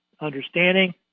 understanding